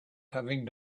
having